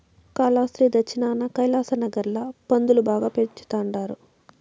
కాలాస్త్రి దచ్చినాన కైలాసనగర్ ల పందులు బాగా పెంచతండారు